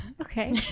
okay